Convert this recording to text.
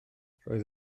roedd